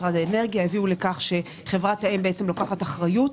משרד האנרגיה הביאו לכך שחברת האם לוקחת אחריות,